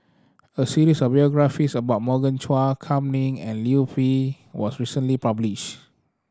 a series of biographies about Morgan Chua Kam Ning and Liu Peihe was recently published